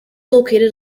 located